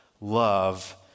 love